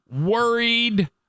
worried